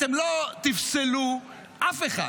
אתם לא תפסלו אף אחד